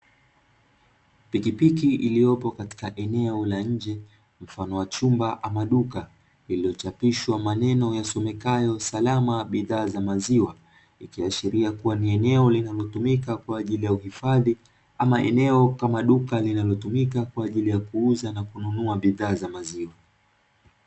Pikipiki iliopo katika eneo la nje, mfano wa chumba ama duka, lilochapishwa maneno yasomekayo salama bidhaa za maziwa, hiki ashilia kua ni eneo linalo tumika kwaajili ya uhifadhi, ama eneo kama duka linalotumika kwaajili ya kuuza na kununua bidhaa za maziwa.